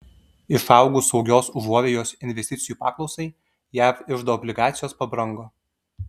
išaugus saugios užuovėjos investicijų paklausai jav iždo obligacijos pabrango